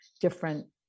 different